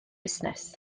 busnes